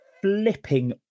flipping